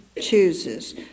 chooses